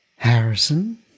Harrison